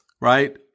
Right